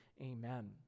amen